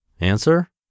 Answer